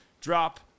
Drop